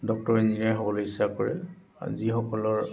doctor engineer হ'বলৈ ইচ্ছা কৰে আৰু যিসকলৰ